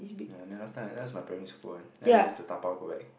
no last time that's my primary school leh then I used to dabao go back